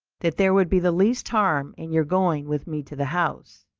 that there would be the least harm in your going with me to the house.